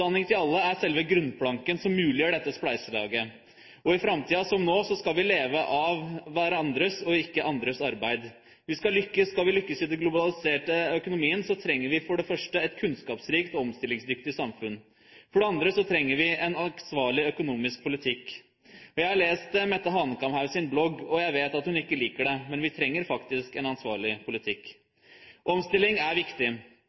til alle er selve grunnplanken som muliggjør dette spleiselaget, og i framtida – som nå – skal vi leve av hverandres, og ikke andres, arbeid. Vi skal lykkes. Skal vi lykkes i den globaliserte økonomien, trenger vi for det første et kunnskapsrikt, omstillingsdyktig samfunn. For det andre trenger vi en ansvarlig økonomisk politikk. Jeg har lest Mette Hanekamhaugs blogg, og jeg vet at hun ikke liker det, men vi trenger faktisk en ansvarlig politikk. Omstilling er viktig.